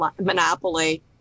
monopoly